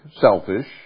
selfish